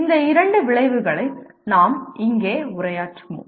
இந்த இரண்டு விளைவுகளை நாம் இங்கே உரையாற்றுவோம்